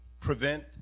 prevent